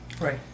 Right